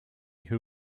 who